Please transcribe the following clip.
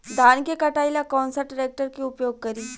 धान के कटाई ला कौन सा ट्रैक्टर के उपयोग करी?